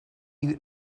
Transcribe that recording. you